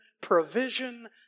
provision